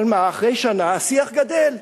אבל אחרי שנה השיח גדל.